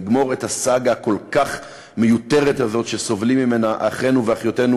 לגמור את הסאגה הכל-כך מיותרת הזאת שסובלים ממנה אחינו ואחיותינו